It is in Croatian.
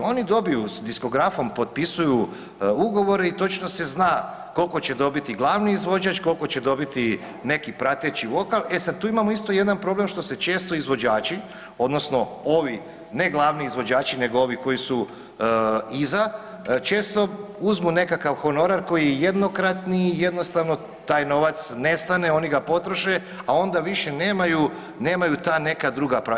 Oni dobiju s diskografom potpisuju ugovore i točno se zna koliko će dobiti glavni izvođač, koliko će dobiti neki prateći vokal, e sad tu imamo isto jedan problem što se često izvođači odnosno ovi ne glavni izvođači nego ovi koji su iza često uzmu nekakav honorar koji je jednokratni i jednostavno taj novac nestane, oni ga potroše, a onda više nemaju, nemaju ta neka druga prava.